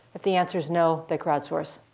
if the answer's no, they crowdsource.